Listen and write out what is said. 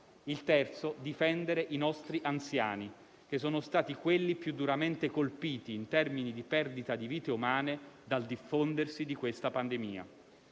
il terzo, difendere i nostri anziani, che sono stati i più duramente colpiti, in termini di perdita di vite umane, dal diffondersi di questa pandemia.